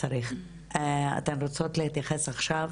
אתם רוצים להתייחס עכשיו,